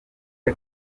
ati